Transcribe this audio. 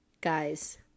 Guys